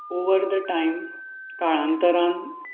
over the time काळांतरान